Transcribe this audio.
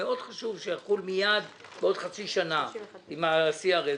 זה מאוד חשוב שיחול מיד בעוד חצי שנה עם ה-CRS.